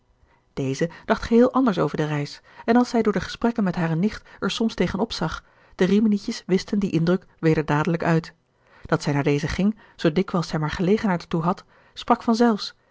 deze dacht geheel anders over de reis en als zij door de gesprekken met hare nicht er soms tegen opzag de riminietjes wischten dien indruk weder dadelijk uit dat zij naar deze ging zoo dikwijls zij maar gelegenheid er toe had sprak van zelfs